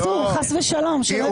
אסור, חס ושלום, שלא יפטרו אותך.